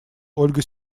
ольга